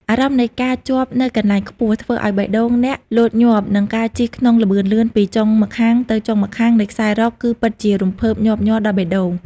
អារម្មណ៍នៃការជាប់នៅកន្លែងខ្ពស់ ធ្វើឱ្យបេះដូងអ្នកលោតញាប់ និងការជិះក្នុងល្បឿនលឿនពីចុងម្ខាងទៅចុងម្ខាងនៃខ្សែរ៉កគឺពិតជារំភើបញាប់ញ័រដល់បេះដូង។